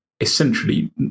essentially